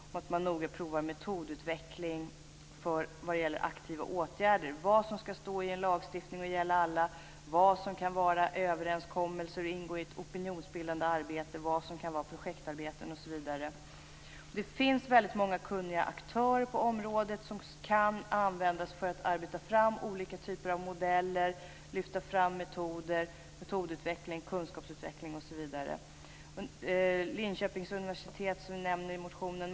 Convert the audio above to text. Det gäller att noga prova metodutveckling vad gäller aktiva åtgärder - vad som skall stå i en lagstiftning och gälla alla, vad som kan vara överenskommelser och ingå i ett opinionsbildande arbete, vad som kan vara projektarbeten osv. Det finns många kunniga aktörer på området som kan användas för att arbeta fram olika typer av modeller, för att lyfta fram metoder, för att lyfta fram metodutveckling, kunskapsutveckling osv. Linköpings universitet nämner vi i vår motion.